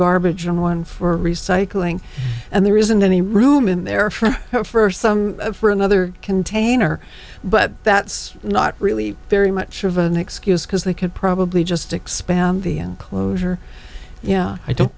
garbage and one for recycling and there isn't any room in there for for some for another container but that's not really very much of an excuse because they could probably just expand the enclosure yeah i don't